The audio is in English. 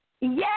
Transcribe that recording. Yes